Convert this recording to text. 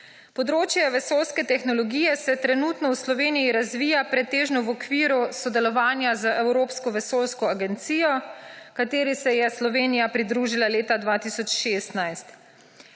Področje vesoljske tehnologije se trenutno v Sloveniji razvija pretežno v okviru sodelovanja z Evropsko vesoljsko agencijo, kateri se je Slovenija pridružila leta 2016.